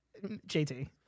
JT